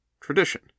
tradition